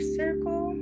circle